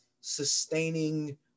sustaining